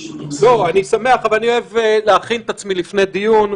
אני שמח, אבל אני אוהב להכין את עצמי לפני דיון,